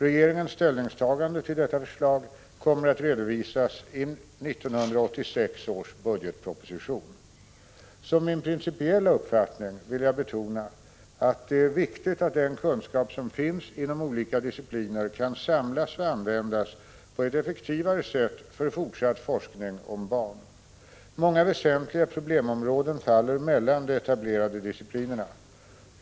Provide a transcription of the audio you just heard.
Regeringens ställningstagande till detta förslag kommer att redovisas i 1986 års budgetproposition. Som min principiella uppfattning vill jag betona att det är viktigt att den kunskap som finns inom olika discipliner kan samlas och användas på ett effektivare sätt för fortsatt forskning om barn. Många väsentliga problemområden faller mellan de etablerade disciplinerna.